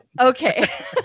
Okay